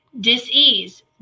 Disease